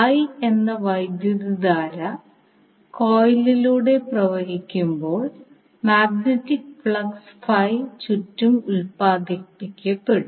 i എന്ന വൈദ്യുതധാര കോയിലിലൂടെ പ്രവഹിക്കുമ്പോൾ മാഗ്നറ്റിക് ഫ്ലക്സ് ഫൈ ചുറ്റും ഉത്പാദിപ്പിക്കപ്പെടും